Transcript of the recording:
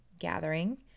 gathering